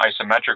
isometric